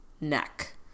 neck